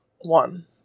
one